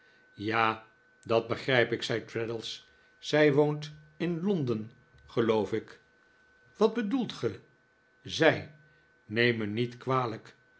ja dat begrijp ik zei traddles zij woont in londen geloof ik wat bedoelt ge zij neem mij niet kwalijk